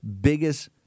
biggest